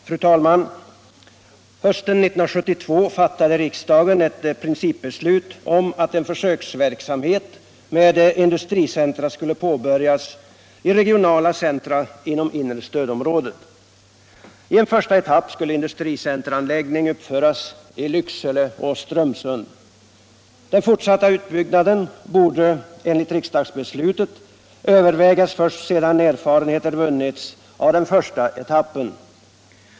Fru talman! Hösten 1972 fattade riksdagen ett principbeslut om att en försöksverksamhet med industricentra skulle påbörjas i regionala centra inom inre stödområdet. I en första etapp skulle industricenteranläggningar uppföras i Lycksele och Strömsund. Den fortsatta utbyggnaden borde enligt riksdagsbeslutet övervägas först sedan erfarenheter vunnits av den första etappen.